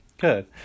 good